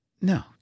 no